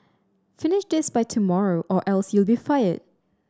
finish this by tomorrow or else you'll be fired